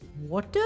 Water